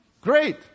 Great